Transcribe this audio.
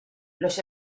los